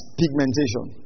pigmentation